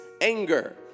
anger